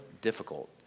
difficult